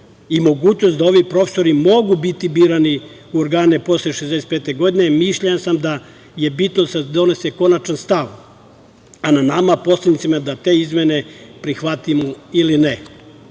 i mogućnost da ovi profesori mogu biti birani u organe posle 65. godine, mišljenja sam da je bitno da se donese konačan stav, a na nama poslanicima je da te izmene prihvatimo ili ne.